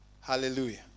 Hallelujah